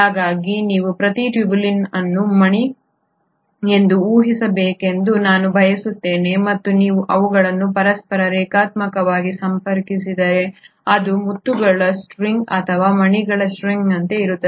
ಹಾಗಾಗಿ ನೀವು ಪ್ರತಿ ಟ್ಯೂಬುಲಿನ್ ಅನ್ನು ಮಣಿ ಎಂದು ಊಹಿಸಬೇಕೆಂದು ನಾನು ಬಯಸುತ್ತೇನೆ ಮತ್ತು ನೀವು ಅವುಗಳನ್ನು ಪರಸ್ಪರ ರೇಖಾತ್ಮಕವಾಗಿ ಸಂಪರ್ಕಿಸಿದರೆ ಅದು ಮುತ್ತುಗಳ ಸ್ಟ್ರಿಂಗ್ ಅಥವಾ ಮಣಿಗಳ ಸ್ಟ್ರಿಂಗ್ನಂತೆ ಇರುತ್ತದೆ